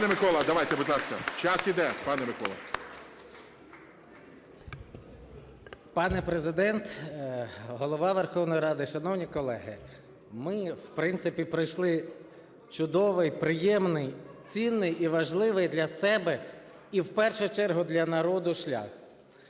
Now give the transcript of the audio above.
Пане Президент, Голова Верховної Ради, шановні колеги, ми, в принципі, пройшли чудовий, приємний, цінний і важливий для себе і в першу чергу для народу шлях.